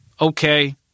okay